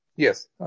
Yes